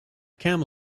camel